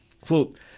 Quote